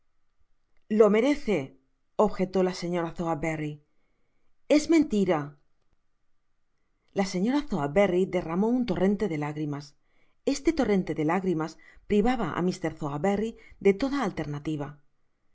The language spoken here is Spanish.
lo merece objetó la señora sowerberry es mentira la señora sowerberry derramó un torrente de lágrimas este torrente de lágrimas privaba á mr sowerberry de toda alternativa